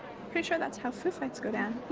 pretty sure that's how food fights go down.